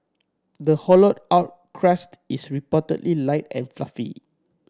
the hollowed out crust is reportedly light and fluffy